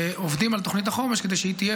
ועובדים על תוכנית החומש כדי שהיא תהיה